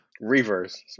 Reverse